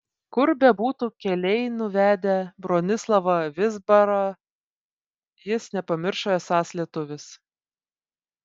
kur bebūtų keliai nuvedę bronislavą vizbarą jis nepamiršo esąs lietuvis